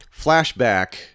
Flashback